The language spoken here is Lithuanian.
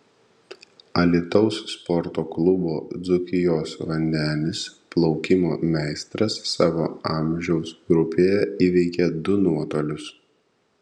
alytaus sporto klubo dzūkijos vandenis plaukimo meistras savo amžiaus grupėje įveikė du nuotolius